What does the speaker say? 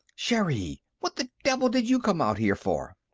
sherri! what the devil did you come out here for?